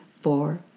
four